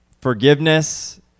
forgiveness